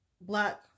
black